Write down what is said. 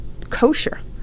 kosher